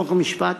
חוק ומשפט,